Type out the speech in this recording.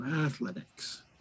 Athletics